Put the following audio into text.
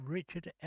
Richard